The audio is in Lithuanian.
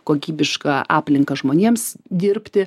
kokybišką aplinką žmonėms dirbti